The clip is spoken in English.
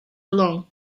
along